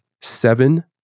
seven